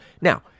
Now